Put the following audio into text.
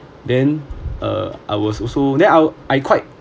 then uh I was also then I'll I quite